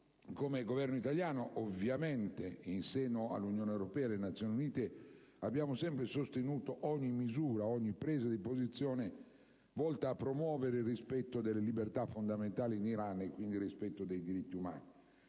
Come Governo italiano, ovviamente, in seno all'Unione europea ed alle Nazioni Unite abbiamo sempre sostenuto ogni misura, ogni presa di posizione volta a promuovere il rispetto delle libertà fondamentali in Iran e quindi dei diritti umani.